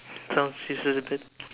sounds useless a bit